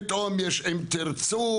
פתאום יש "אם תרצו",